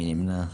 מי נמנע?